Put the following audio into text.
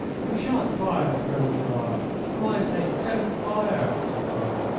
you sha'n't fire! colonel gerard, for my sake don't fire, she cried.